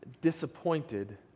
disappointed